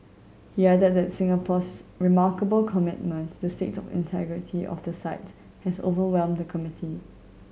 he added that Singapore's remarkable commitment to the state of integrity of the site has overwhelmed the committee